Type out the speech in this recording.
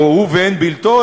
או שהוא ואין בלתו.